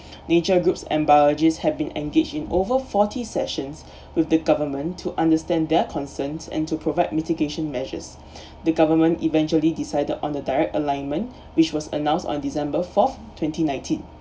nature groups and biologists have been engaged in over forty sessions with the government to understand their concerns and to provide mitigation measures the government eventually decided on the direct alignment which was announced on december fourth twenty nineteen